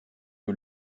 que